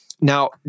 Now